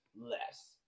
less